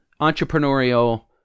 entrepreneurial